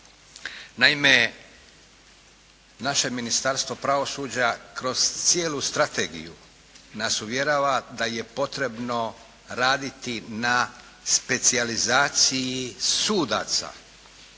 Naime, naše Ministarstvo pravosuđa kroz cijelu strategiju nas uvjerava da je potrebno raditi na specijalizaciji sudaca